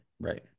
right